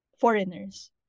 foreigners